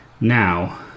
now